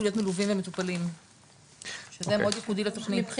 להיות מלווים ומטופלים שזה מאוד ייחודי לתוכנית.